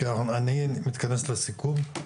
אני מתכנס לסיכום.